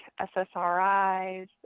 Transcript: SSRIs